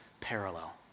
parallel